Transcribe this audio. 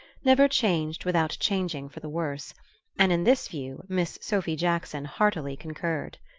never changed without changing for the worse and in this view miss sophy jackson heartily concurred.